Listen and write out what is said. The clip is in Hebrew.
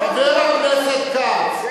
חבר הכנסת כץ,